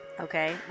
okay